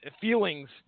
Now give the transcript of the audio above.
feelings